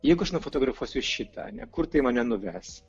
jeigu aš nufotografuosiu šitąar ne kur tai mane nuves